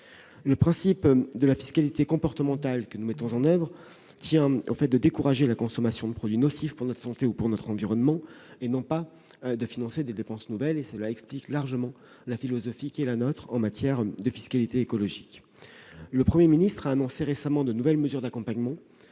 Le principe de la fiscalité comportementale que nous mettons en oeuvre est de décourager la consommation de produits nocifs pour notre santé ou notre environnement, et non pas de financer des dépenses nouvelles. Telle est la philosophie qui est la nôtre en matière de fiscalité écologique. Le Premier ministre a annoncé récemment de nouvelles mesures d'accompagnement,